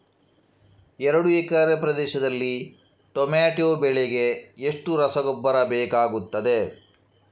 ಎರಡು ಎಕರೆ ಪ್ರದೇಶದಲ್ಲಿ ಟೊಮ್ಯಾಟೊ ಬೆಳೆಗೆ ಎಷ್ಟು ರಸಗೊಬ್ಬರ ಬೇಕಾಗುತ್ತದೆ?